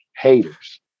haters